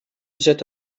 zet